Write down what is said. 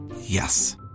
Yes